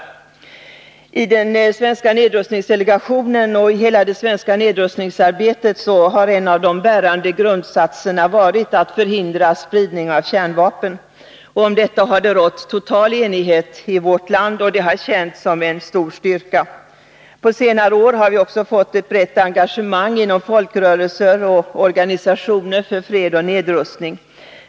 I den svenska nedrustningsdelegationen och i hela det svenska nedrustningsarbetet har en av de bärande grundsatserna varit att förhindra spridning av kärnvapen. Om detta har det rått total enighet i vårt land, och det har känts som en stor styrka. På senare år har vi också fått ett brett engagemang inom folkrörelser och organisationer för fred och nedrustning.